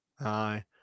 Aye